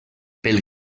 pel